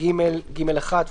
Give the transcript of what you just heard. (ג1),